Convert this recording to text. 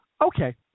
Okay